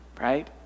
right